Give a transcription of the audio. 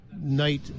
night